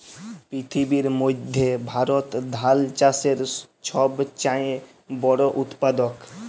পিথিবীর মইধ্যে ভারত ধাল চাষের ছব চাঁয়ে বড় উৎপাদক